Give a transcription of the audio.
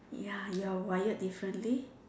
ya you are wired differently